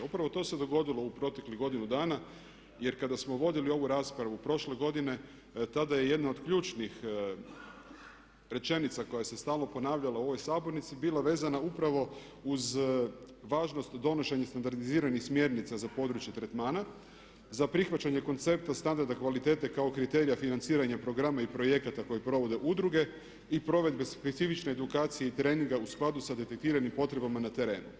Upravo to se dogodilo u proteklih godinu dana, jer kada smo vodili ovu raspravu prošle godine tada je jedna od ključnih rečenica koja se stalno ponavljala bila vezana upravo uz važnost donošenja standardiziranih smjernica za područje tretmana, za prihvaćanje koncepta standarda kvalitete kao kriterija financiranja programa i projekata koji provode udruge i provedbe specifične edukcije i treninga u skladu sa detektiranim potrebama na terenu.